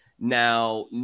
Now